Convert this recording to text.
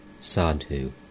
Sadhu